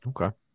Okay